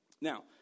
Now